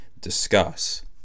discuss